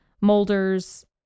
molders